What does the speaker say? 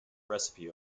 recipe